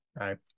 right